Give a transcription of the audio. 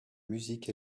musique